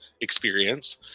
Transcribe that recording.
experience